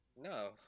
No